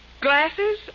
Glasses